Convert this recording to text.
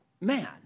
man